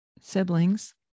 siblings